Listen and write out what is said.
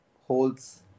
holds